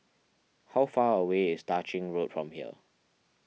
how far away is Tah Ching Road from here